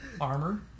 armor